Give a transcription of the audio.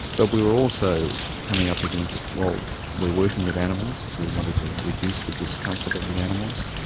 but we were also coming up against. while we're working with animals, we wanted to reduce the discomfort of the animals,